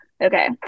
Okay